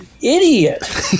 idiot